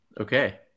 Okay